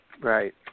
right